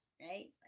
right